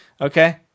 Okay